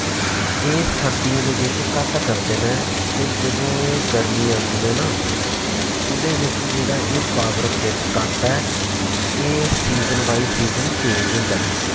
एह् सर्दियें दे बिच्च घट्ट करदे न ते जदूं एह् गर्मी आंदी ऐ ना ते ओह्दे बिच्च जेह्ड़ा एह् पॉवर कट्ट ऐ एह् सीज़न बाई सीज़न चेंज होंदा ऐ